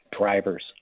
drivers